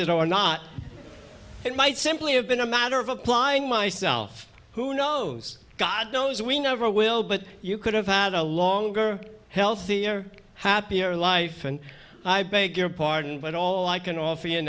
it or not it might simply have been a matter of applying myself who knows god knows we never will but you could have had a longer healthier happier life and i beg your pardon but all i can offer you